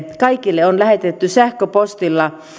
kaikille kansanedustajille on lähetetty sähköpostilla